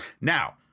Now –